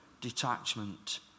detachment